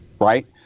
Right